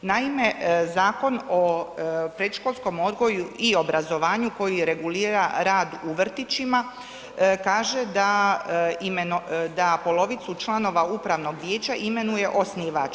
Naime, Zakon o predškolskom odgoju i obrazovanju koji regulira rad u vrtićima kaže da polovicu članova upravnog vijeća imenuje osnivač.